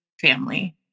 family